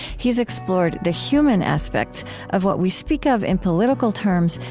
he's explored the human aspects of what we speak of, in political terms,